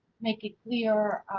make it clear